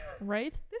Right